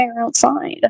outside